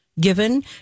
given